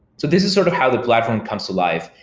so this is sort of how the platform comes to life,